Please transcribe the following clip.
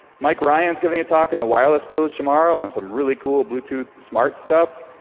mike ryan is giving a talk in the wireless village tomorrow on some really cool bluetooth smart stuff,